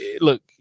look